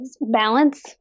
balance